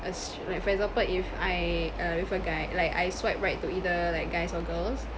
ass~ like for example if I uh if a guy like I swipe right to either like guys or girls